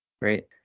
Great